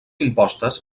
impostes